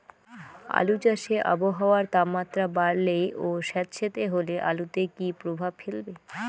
আলু চাষে আবহাওয়ার তাপমাত্রা বাড়লে ও সেতসেতে হলে আলুতে কী প্রভাব ফেলবে?